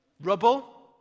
Rubble